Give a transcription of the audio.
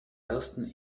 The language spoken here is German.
ersten